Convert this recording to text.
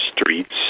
streets